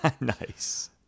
Nice